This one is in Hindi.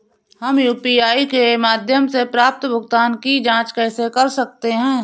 हम यू.पी.आई के माध्यम से प्राप्त भुगतान की जॉंच कैसे कर सकते हैं?